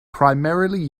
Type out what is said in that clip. primarily